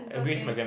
no thanks